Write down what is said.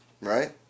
right